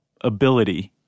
ability